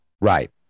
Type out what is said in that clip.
Right